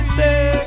Stay